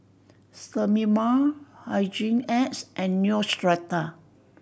Sterimar Hygin X and Neostrata